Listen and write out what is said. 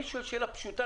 אני שואל שאלה פשוטה.